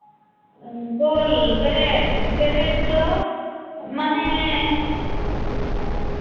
roll bread bread ᱫᱚ ᱢᱟᱱᱮ